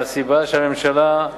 מהסיבה שהממשלה,